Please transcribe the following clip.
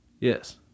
Yes